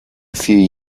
few